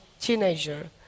teenager